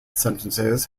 sentences